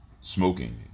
smoking